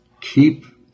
keep